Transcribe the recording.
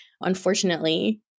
Unfortunately